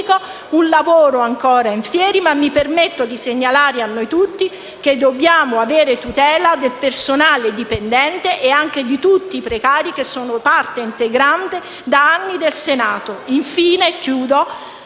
Un lavoro ancora *in fieri*, ma mi permetto di segnalare a noi tutti che dobbiamo avere tutela del personale dipendente e anche di tutti i precari che sono parte integrante da anni del Senato. Infine,